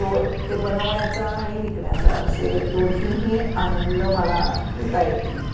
तो ते बनवण्याचा आणि विकण्याचा असे दोन्हीही आनंद मला घेता येतील